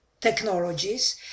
technologies